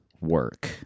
work